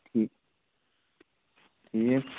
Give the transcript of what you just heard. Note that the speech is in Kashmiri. ٹھیٖک